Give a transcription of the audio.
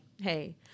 hey